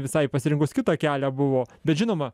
visai pasirinkus kitą kelią buvo bet žinoma